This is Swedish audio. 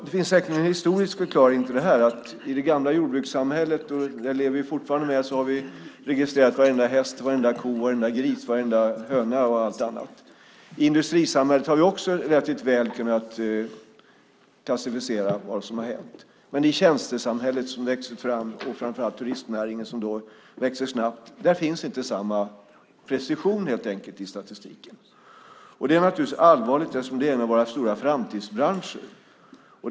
Det finns säkerligen en historisk förklaring till det här, nämligen att i det gamla jordbrukssamhället - det lever vi fortfarande med - har vi registrerat varenda häst, varenda ko, varenda gris, varenda höna och allt annat. I industrisamhället har vi också relativt väl kunnat klassificera vad som har hänt. Men i tjänstesamhället som har vuxit fram och turistnäringen som växer snabbt finns inte samma precision i statistiken. Det är naturligtvis allvarligt eftersom det är en av våra stora framtidsbranscher.